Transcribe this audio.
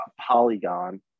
Polygon